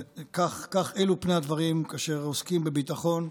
אלו פני הדברים כאשר עוסקים בביטחון,